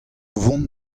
vont